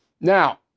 Now